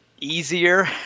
easier